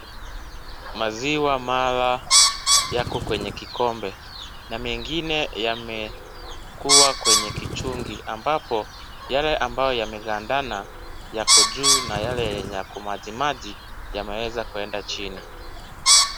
Maziwa mala, yako kwenye kikombe, na mengine yame, kuwa kwenye kichungi ambapo, yale ambayo yamegandana, yako juu, na yale yenye yako maji maji, yameweza kwenda chini.